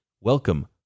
welcome